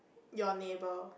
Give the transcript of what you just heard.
your neighbor